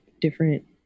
different